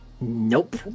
Nope